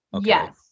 Yes